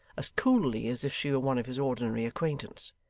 as coolly as if she were one of his ordinary acquaintance.